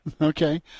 okay